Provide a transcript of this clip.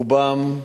רובם,